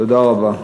תודה רבה.